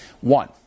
One